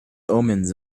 omens